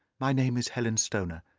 my name is helen stoner,